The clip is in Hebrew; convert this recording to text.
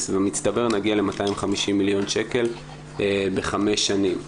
ובמצטבר נגיע ל-250 מיליון שקל בחמש שנים.